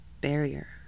barrier